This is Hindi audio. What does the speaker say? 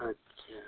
अच्छा